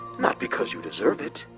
not because you deserve it.